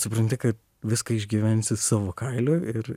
supranti kad viską išgyvensi savo kailiu ir